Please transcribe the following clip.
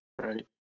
Right